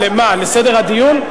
למה, לסדר הדיון?